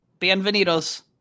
Bienvenidos